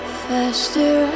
faster